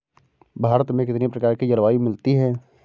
भारत में कितनी प्रकार की जलवायु मिलती है?